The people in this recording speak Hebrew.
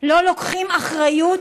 לא לוקחים אחריות,